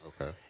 Okay